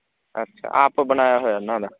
ਅੱਛਾ ਆਪ ਬਣਾਇਆ ਹੋਇਆ ਇਹਨਾਂ ਦਾ